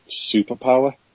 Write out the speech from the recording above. superpower